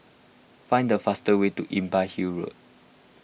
find the fastest way to Imbiah Hill Road